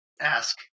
ask